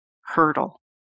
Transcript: hurdle